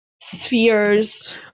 Spheres